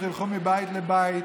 תלכו מבית לבית,